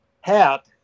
hat